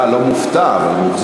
אה, לא מופתע אבל מאוכזב.